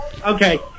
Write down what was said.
Okay